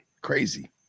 crazy